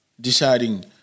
deciding